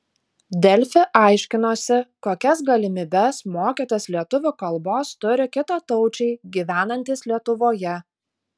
delfi aiškinosi kokias galimybes mokytis lietuvių kalbos turi kitataučiai gyvenantys lietuvoje